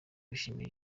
bishimira